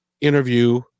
interview